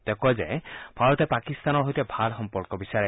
তেওঁ কয় যে ভাৰতে পাকিস্তানৰ সৈতে ভাল সম্পৰ্ক বিচাৰে